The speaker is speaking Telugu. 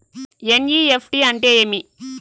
ఎన్.ఇ.ఎఫ్.టి అంటే ఏమి